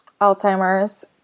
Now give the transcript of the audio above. Alzheimer's